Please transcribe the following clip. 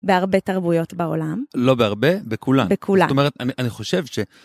בהרבה תרבויות בעולם, לא בהרבה, בכולן, בכולן, זאת אומרת, אני חושב ש...